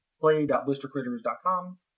play.blistercritters.com